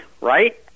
right